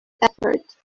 effort